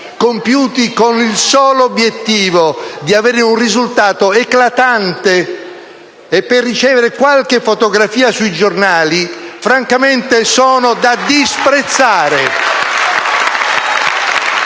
compiuti con il solo obiettivo di avere un risultato eclatante e per avere qualche fotografia sui giornali, francamente sono da disprezzare.